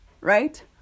Right